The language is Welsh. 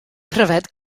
pryfed